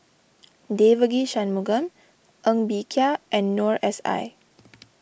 Devagi Sanmugam Ng Bee Kia and Noor S I